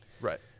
Right